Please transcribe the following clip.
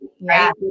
right